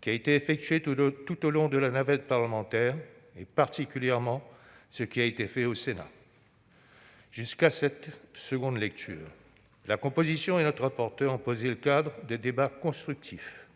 qui a été effectué tout au long de la navette parlementaire, et particulièrement ce qui a été fait au Sénat jusqu'à cette seconde lecture. La commission et notre rapporteure ont posé le cadre de débats constructifs.